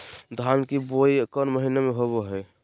धान की बोई कौन महीना में होबो हाय?